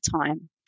time